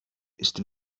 ist